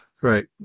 Right